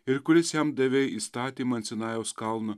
ir kuris jam davei įstatymą ant sinajaus kalno